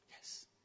Yes